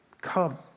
Come